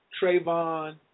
Trayvon